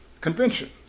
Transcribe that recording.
convention